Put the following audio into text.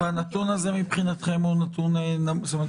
ומהנתון הזה מבחינתכם הוא נמוך?